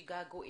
געגועים,